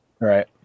Right